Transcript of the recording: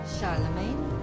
Charlemagne